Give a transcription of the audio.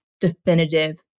definitive